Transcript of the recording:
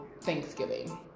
Thanksgiving